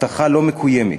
הבטחה לא מקוימת.